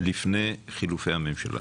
לפני חילופי הממשלה